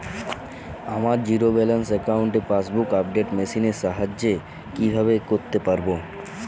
আমার zero balance অ্যাকাউন্টে passbook update machine এর সাহায্যে কীভাবে করতে পারব?